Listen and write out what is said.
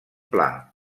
pla